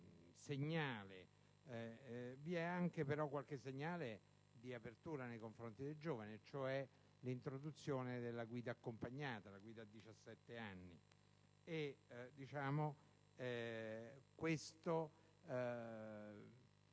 vi è anche però qualche segnale di apertura nei confronti dei giovani, come l'introduzione della guida accompagnata a 17 anni.